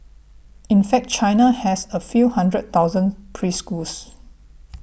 in fact China has a few hundred thousand preschools